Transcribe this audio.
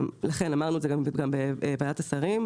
אמרנו את זה גם בוועדת השרים,